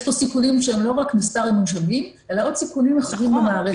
יש פה סיכונים שהם לא רק מספר המונשמים אלא עוד סיכונים אחרים במערכת.